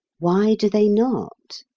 why do they not?